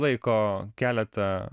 laiko keletą